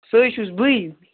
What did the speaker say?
سُہ حظ چھُس بٕے